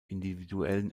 individuellen